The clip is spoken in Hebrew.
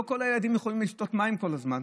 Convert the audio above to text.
לא כל הילדים יכולים לשתות מים כל הזמן.